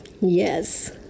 yes